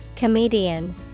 Comedian